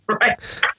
Right